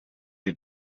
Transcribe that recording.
die